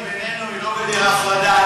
בינינו, היא לא גדר הפרדה.